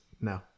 no